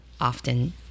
Often